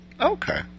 Okay